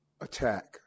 attack